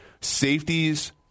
Safeties